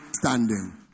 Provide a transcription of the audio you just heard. standing